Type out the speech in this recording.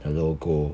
the logo